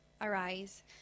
Arise